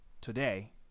today